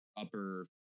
upper